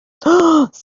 somebody